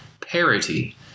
parity